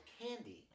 candy